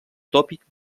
tòpic